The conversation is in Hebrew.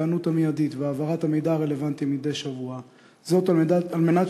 ההיענות המיידית והעברת המידע הרלוונטי מדי שבוע על מנת